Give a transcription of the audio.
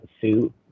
suit